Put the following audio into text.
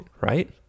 right